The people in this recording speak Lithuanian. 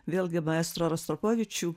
vėlgi maestro rostropovičių